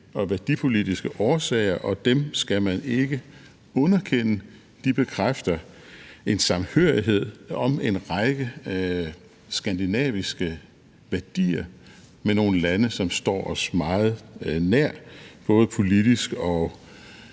og værdipolitiske årsager, og dem skal man ikke underkende. De bekræfter en samhørighed om en række skandinaviske værdier med nogle lande, som står os meget nær både politisk og